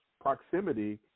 proximity